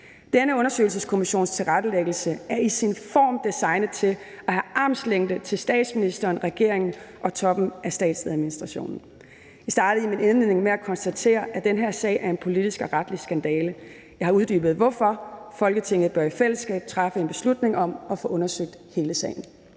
Denne undersøgelseskommissions tilrettelæggelse er i sin form designet til at have armslængde til statsministeren, regeringen og toppen af statsadministrationen. Jeg startede i min indledning med at konstatere, at den her sag er en politisk og retlig skandale. Jeg har uddybet hvorfor, Folketinget bør i fællesskab træffe en beslutning om at få undersøgt hele sagen.